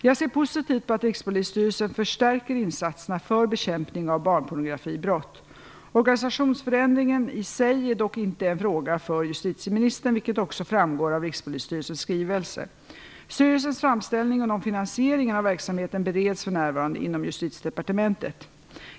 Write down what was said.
Jag ser positivt på att Rikspolisstyrelsen förstärker insatserna för bekämpning av barnpornografibrott. Organisationsförändringen i sig är dock inte en fråga för justitieministern, vilket också framgår av Rikspolisstyrelsens skrivelse. Styrelsens framställning om finansieringen av verksamheten bereds för närvarande inom Justitiedepartementet.